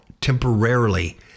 temporarily